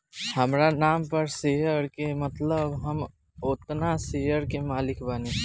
हामरा नाम पर शेयर के मतलब हम ओतना शेयर के मालिक बानी